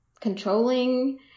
controlling